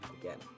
again